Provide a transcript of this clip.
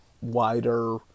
wider